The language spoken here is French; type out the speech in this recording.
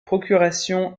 procuration